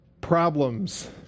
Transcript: problems